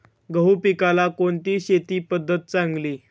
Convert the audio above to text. गहू पिकाला कोणती शेती पद्धत चांगली?